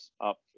up